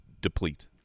deplete